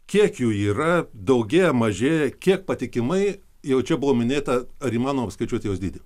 kiek jų yra daugėja mažėja kiek patikimai jau čia buvo minėta ar įmanoma apskaičiuoti jos dydį